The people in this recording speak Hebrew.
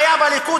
כשהיה בליכוד,